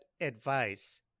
advice